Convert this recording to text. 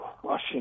crushing